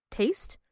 taste